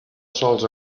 sòls